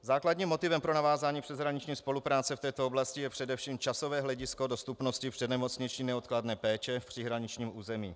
Základním motivem pro navázání přeshraniční spolupráce v této oblasti je především časové hledisko dostupnosti přednemocniční neodkladné péče v příhraničním území.